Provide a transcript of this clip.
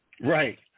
Right